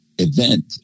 Event